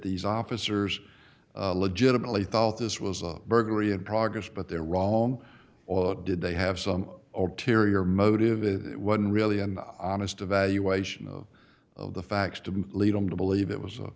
these officers legitimately thought this was a burglary in progress but they're wrong or did they have some or terry or motive is one really an honest evaluation of of the facts to lead them to believe it was a